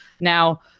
Now